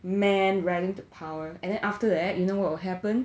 man riding to power and then after that you know what will happen